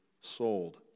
sold